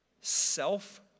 self